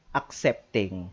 accepting